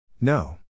No